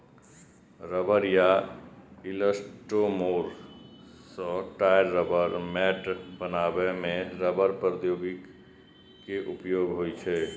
रबड़ या इलास्टोमोर सं टायर, रबड़ मैट बनबै मे रबड़ प्रौद्योगिकी के उपयोग होइ छै